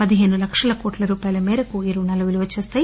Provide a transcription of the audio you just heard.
పదిహేను లక్షల కోట్ల రూపాయల మేరకు ఈ రుణాల విలువ చేస్తాయి